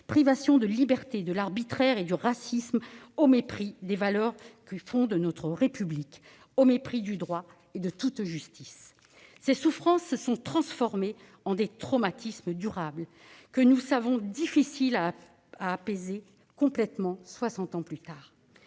privations de libertés, l'arbitraire et le racisme, au mépris des valeurs qui fondent notre République, au mépris du droit et de toute justice. Ces souffrances se sont transformées en traumatismes durables, que nous savons difficiles à apaiser complètement, soixante ans plus tard.